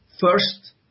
first